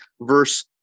verse